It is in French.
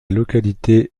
localité